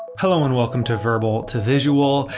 hello and welcome to verbal to visual.